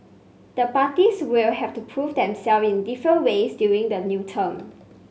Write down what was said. the parties will have to prove themselves in different ways during the new term